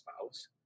spouse